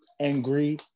angry